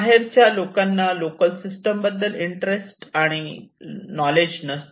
बाहेरच्या लोकांना local system बद्दल इंटरेस्ट आणि नॉलेज नसते